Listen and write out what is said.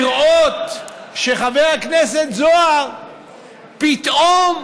לראות שחבר הכנסת זוהר פתאום